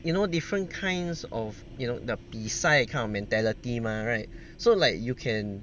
you know different kinds of you know the 比赛 kind of mentality mah right so like you can